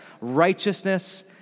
righteousness